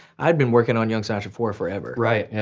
i've been working on young sinatra for forever. right. yeah